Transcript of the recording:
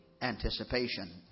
anticipation